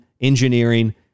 engineering